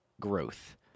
growth